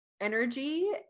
energy